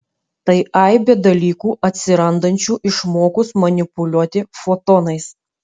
tai aibė dalykų atsirandančių išmokus manipuliuoti fotonais